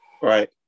Right